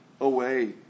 away